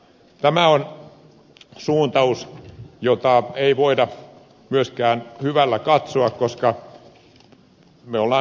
tämä on suuntaus jota myöskään ei voida hyvällä katsoa